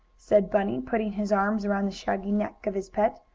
said bunny, putting his arms around the shaggy neck of his pet,